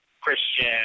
Christian